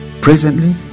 Presently